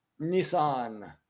Nissan